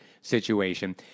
situation